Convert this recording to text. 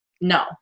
no